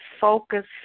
focus